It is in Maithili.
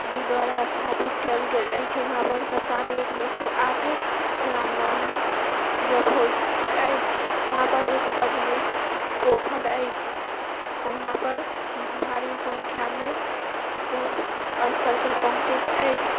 जी दुआरा स्थापित कयल गेल अछि वहाँ पर सप्ताहमे एक दिन एक सए आठ राम नाम जप होइत अछि वहाँ पर एक बड्ड नीक पोखरि अछि वहाँ पर भारी संख्यामे सभ स्थलसँ पहुँचैत अछि